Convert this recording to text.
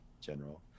general